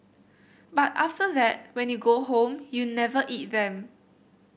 but after that when you go home you never eat them